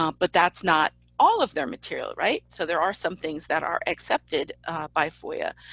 um but that's not all of their material, right? so there are some things that are accepted by foia.